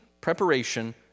preparation